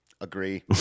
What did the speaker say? Agree